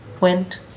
went